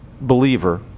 Believer